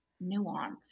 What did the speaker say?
nuance